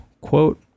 quote